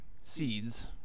seeds